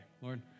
Lord